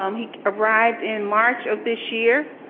um he arrived in march of this year.